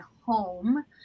home